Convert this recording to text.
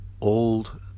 old